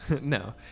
No